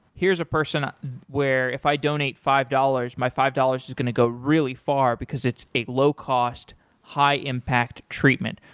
here's a person where if i donate five dollars, my five dollars is going to go really far, because it's a low cost high impact treatment.